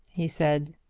he said.